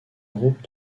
groupe